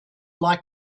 like